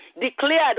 declared